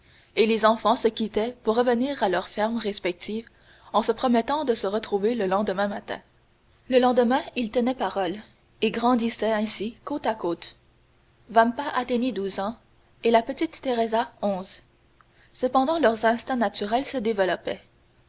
et les enfants se quittaient pour revenir à leur ferme respective en se promettant de se retrouver le lendemain matin le lendemain ils tenaient parole et grandissaient ainsi côte à côte vampa atteignit douze ans et la petite teresa onze cependant leurs instincts naturels se développaient